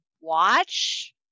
watch